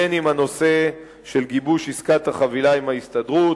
בין שהנושא הוא גיבוש עסקת החבילה עם ההסתדרות,